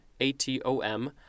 atom